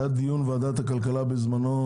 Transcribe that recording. היה דיון בוועדת הכלכלה בזמנו,